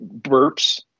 burps